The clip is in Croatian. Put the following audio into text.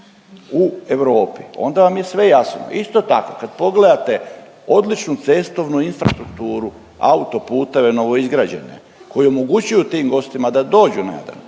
u Europi, onda vam je sve jasno. Isto tako kad pogledate odličnu cestovnu infrastrukturu, autoputeve novoizgrađene koji omogućuju tim gostima da dođu na Jadran.